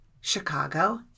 Chicago